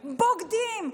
"בוגדים",